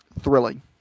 Thrilling